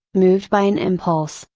moved by an impulse,